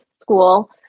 school